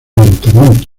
lentamente